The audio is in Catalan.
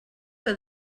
que